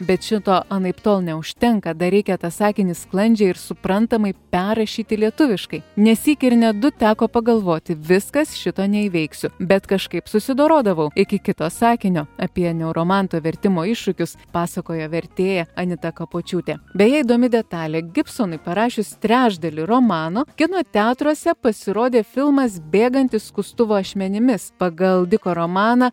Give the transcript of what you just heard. bet šito anaiptol neužtenka dar reikia tą sakinį sklandžiai ir suprantamai perrašyti lietuviškai nesyk ir ne du teko pagalvoti viskas šito neįveiksiu bet kažkaip susidorodavau iki kito sakinio apie neuromanto vertimo iššūkius pasakojo vertėja anita kapočiūtė beje įdomi detalė gibsonui parašius trečdalį romano kino teatruose pasirodė filmas bėgantis skustuvo ašmenimis pagal diko romaną